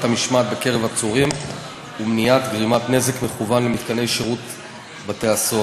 המשמעת בקרב עצורים ומניעת גרימת נזק מכוון למתקני שירות בתי-הסוהר.